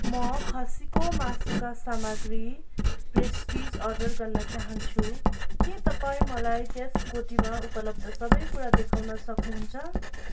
म खसीको मासुका सामग्री पेस्ट्रिज अर्डर गर्न चाहन्छु के तपाईँ मलाई त्यस कोटीमा उपलब्ध सबै कुरा देखाउन सक्नुहुन्छ